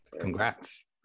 congrats